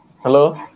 hello